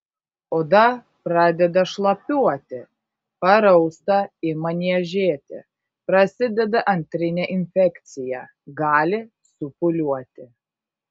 oda pradeda šlapiuoti parausta ima niežėti prasideda antrinė infekcija gali supūliuoti